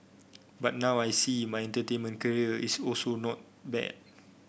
but now I see my entertainment career is also not bad